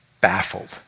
baffled